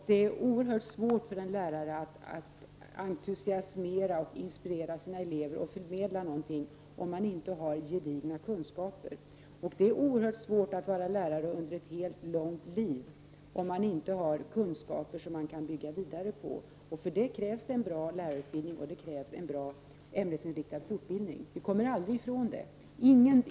Det är också oerhört svårt för en lärare att entusiasmera, inspirera sina elever och förmedla någonting om man inte har gedigna kunskaper. Det är mycket svårt att vara lärare under ett helt långt liv om man inte har kunskaper som man kan bygga vidare på. För det krävs det en bra lärarutbildning och en ämnesinriktad fortbildning. Vi kommer aldrig ifrån det.